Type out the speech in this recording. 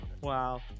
Wow